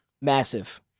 Massive